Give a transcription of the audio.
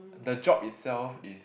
the job itself is